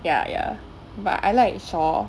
ya ya but I like shaw